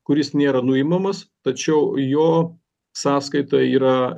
kuris nėra nuimamas tačiau jo sąskaitoj yra